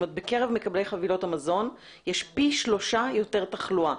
בקרב מקבלי חבילות המזון יש פי שלושה יותר תחלואה,